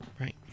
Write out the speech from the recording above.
Right